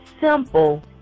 simple